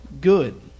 good